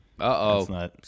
uh-oh